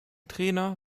trainer